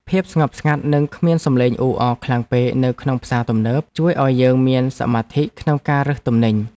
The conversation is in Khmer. ភាពស្ងប់ស្ងាត់និងគ្មានសំឡេងអ៊ូអរខ្លាំងពេកនៅក្នុងផ្សារទំនើបជួយឱ្យយើងមានសមាធិក្នុងការរើសទំនិញ។